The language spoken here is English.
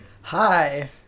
Hi